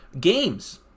Games